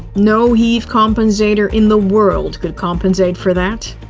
no heave compensator in the world could compensate for that.